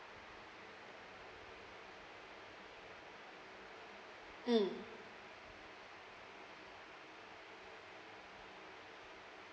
mm